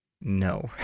no